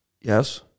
Yes